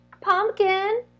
pumpkin